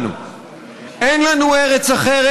תיקון לחוק הסביבה החופית,